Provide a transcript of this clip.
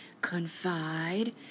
confide